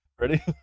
ready